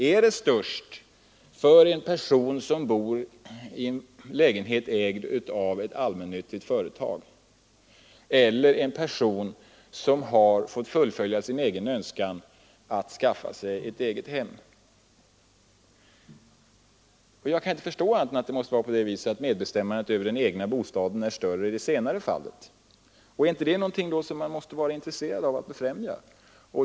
Är det störst för en person som bor i en lägenhet ägt av ett allmännyttigt företag eller för en person som har fått fullfölja sin egen önskan och skaffa sig ett eget hem? Jag kan inte förstå annat än att medbestämmandet över den egna bostaden är större i det senare fallet. Är inte det någonting som man måste vara intresserad av att befrämja?